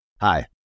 Hi